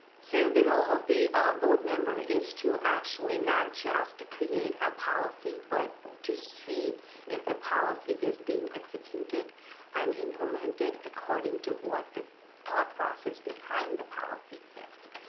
so the role of the board member is to actually not just to create a policy, but to see if the policy is being executed and implemented according to what the thought process behind the policy is.